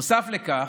נוסף על כך,